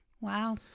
Wow